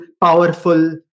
powerful